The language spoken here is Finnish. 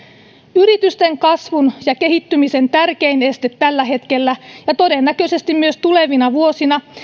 yritysten kasvun ja kehittymisen tärkein este tällä hetkellä ja todennäköisesti myös tulevina vuosina